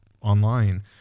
online